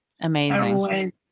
Amazing